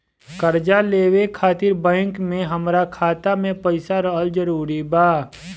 कर्जा लेवे खातिर बैंक मे हमरा खाता मे पईसा रहल जरूरी बा?